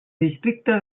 districte